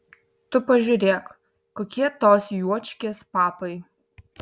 tu pažiūrėk kokie tos juočkės papai